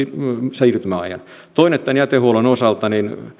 siirtymäajan toinen asia tämän jätehuollon osalta